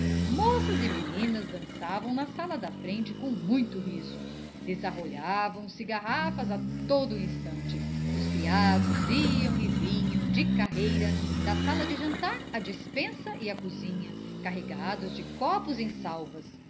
moças e meninas dançavam na sala da frente com muito riso desarrolhavam se garrafas a todo instante os criados iam e vinham de carreira da sala de jantar à despensa e à cozinha carregados de copos em salvas